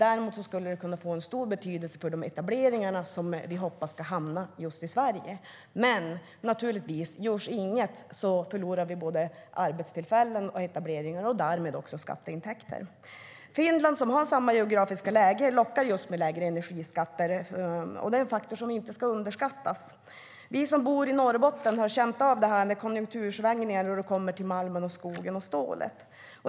Däremot skulle det kunna få stor betydelse för de etableringar vi hoppas ska ske i just Sverige. Görs inget förlorar vi både arbetstillfällen och etableringar och därmed också skatteintäkter. Finland, som har samma geografiska läge, lockar med just lägre energiskatter. Det är en faktor som inte ska underskattas. Vi som bor i Norrbotten har känt av det här med konjunktursvängningar när det gäller malmen, skogen och stålet.